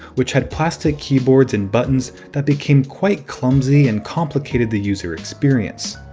which had plastic keyboards and buttons that became quite clumsy and complicated the user experience.